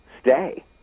stay